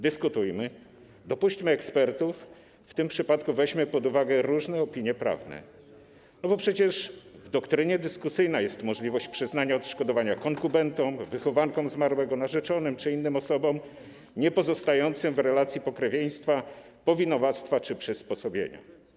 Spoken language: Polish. Dyskutujmy, dopuśćmy do głosu ekspertów, w tym przypadku weźmy pod uwagę różne opinie prawne, bo przecież w doktrynie dyskusyjna jest możliwość przyznania odszkodowania konkubentom, wychowankom zmarłego, narzeczonym czy innym osobom niepozostającym w relacji pokrewieństwa, powinowactwa czy w przysposobieniu.